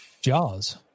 Jaws